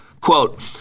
Quote